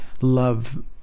love